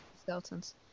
Skeletons